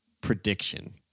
prediction